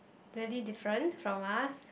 really different from us